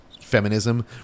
feminism